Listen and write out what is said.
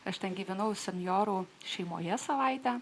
aš ten gyvenau senjorų šeimoje savaitę